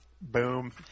Boom